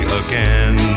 again